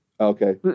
Okay